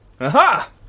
Aha